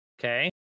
Okay